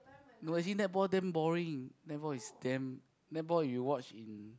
no I see netball damn boring netball is damn netball you watch in